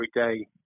everyday